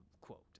quote